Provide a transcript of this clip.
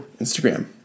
Instagram